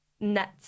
net